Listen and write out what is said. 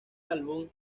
álbum